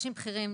חובשים בכירים,